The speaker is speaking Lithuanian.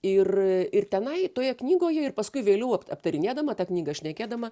ir ir tenai toje knygoje ir paskui vėliau ap aptarinėdama tą knygą šnekėdama